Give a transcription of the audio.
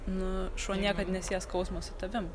nu šuo niekad nesies skausmo su tavim